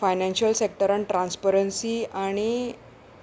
financial सॅक्टरान transparency आनी